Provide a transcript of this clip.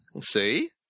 See